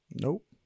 nope